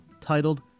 titled